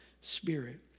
spirit